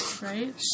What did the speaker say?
Right